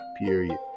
period